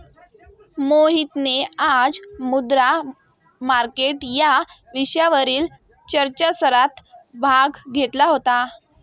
मोहितने आज मुद्रा मार्केट या विषयावरील चर्चासत्रात भाग घेतला होता